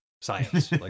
science